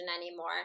anymore